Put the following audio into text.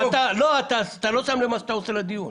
עושה לדיון.